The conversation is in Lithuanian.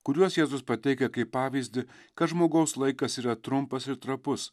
kuriuos jėzus pateikia kaip pavyzdį kad žmogaus laikas yra trumpas ir trapus